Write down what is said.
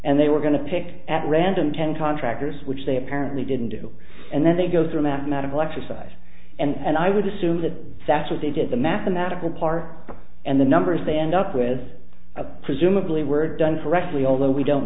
and they were going to pick at random ten contractors which they apparently didn't do and then they go through a mathematical exercise and i would assume that that's what they did the mathematical part and the numbers they end up with a presumably were done correctly although we don't